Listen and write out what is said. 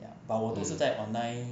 mm